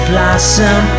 Blossom